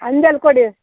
ಅಂಜಲ್ ಕೊಡಿ